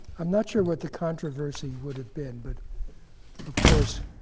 i'm not sure what the controversy would have been, but of course,